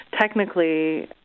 technically